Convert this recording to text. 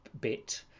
bit